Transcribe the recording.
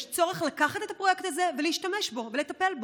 יש צורך לקחת את הפרויקט הזה ולהשתמש בו ולטפל בו.